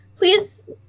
Please